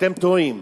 אתם טועים.